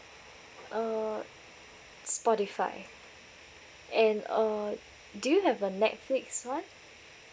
uh spotify and uh do you have uh Netflix [one]